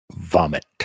vomit